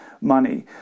money